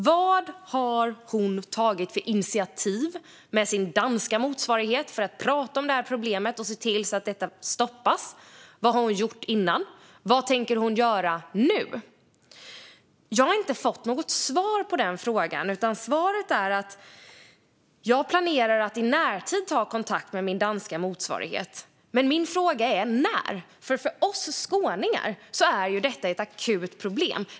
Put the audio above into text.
Vad har hon tagit för initiativ för att med sin danska motsvarighet prata om det här problemet och se till att detta stoppas? Vad har hon gjort innan? Vad tänker hon göra nu? Jag har inte fått något svar på de frågorna, utan det svar som jag har fått är: Jag planerar att i närtid ta kontakt med min danska motsvarighet. Men jag undrar när det ska ske, för detta är ett akut problem för oss skåningar.